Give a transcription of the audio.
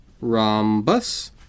Rhombus